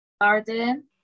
garden